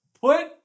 Put